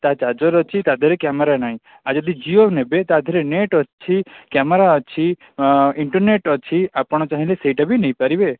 ତା ଚାର୍ଜର୍ ଅଛି ତା'ଦେହରେ କ୍ୟାମେରା ନାହିଁ ଆଉ ଯଦି ଜିଓ ନେବେ ତା'ଦେହରେ ନେଟ୍ ଅଛି କ୍ୟାମେରା ଅଛି ଇଣ୍ଟରନେଟ୍ ଅଛି ଆପଣ ଚାହିଁଲେ ସେଇଟା ବି ନେଇପାରିବେ